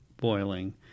boiling